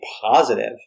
positive